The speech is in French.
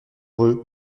eux